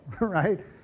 right